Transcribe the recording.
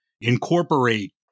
incorporate